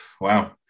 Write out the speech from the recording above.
Wow